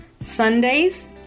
Sundays